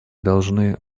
должны